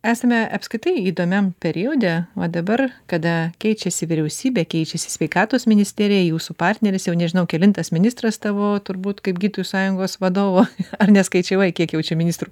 esame apskritai įdomiam periode va dabar kada keičiasi vyriausybė keičiasi sveikatos ministerija jūsų partneris jau nežinau kelintas ministras tavo turbūt kaip gydytojų sąjungos vadovo ar neskaičiavai kiek jau čia ministrų